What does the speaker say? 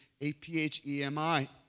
A-P-H-E-M-I